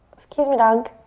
excuse me, dog.